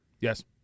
Yes